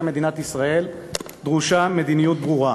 מדינת ישראל דרושה מדיניות ברורה,